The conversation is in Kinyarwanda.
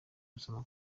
gusoma